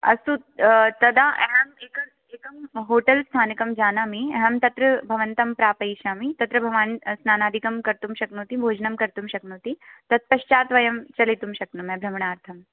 अस्तु तदा अहम् एक एकं होटेल् स्थानकं जानामि अहं तत्र भवन्तं प्रापयिष्यामि तत्र भवान् स्नानादिकं कर्तुं शक्नोति भोजनं कर्तुं शक्नोति तत्पश्चात् वयं चलितुं शक्नुमः भ्रमणार्थम्